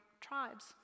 tribes